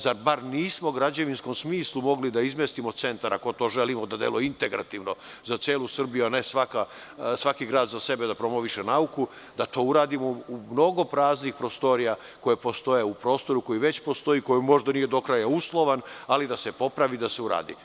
Zar nismo u građevinskom smislu mogli da izmestimo centar, ako želimo da deluje integrativno za celu Srbiju, a ne svaki grad za sebe da promoviše nauku, da to uradimo u mnogo praznih prostorija koje postoje u prostoru, koje već postoje, koje možda nije do kraja uslovan, ali da se popravi, da se uradi.